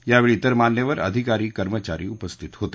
यावेळी इतर मान्यवर अधिकारी कर्मचारी उपस्थित होते